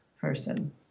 person